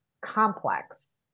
complex